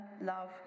love